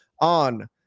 on